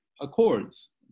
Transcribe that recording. accords